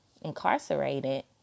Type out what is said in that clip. incarcerated